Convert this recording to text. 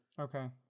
Okay